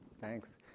Thanks